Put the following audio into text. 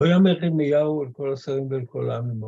ויאמר ירמיהו לכל השרים ולכל העם לאמור.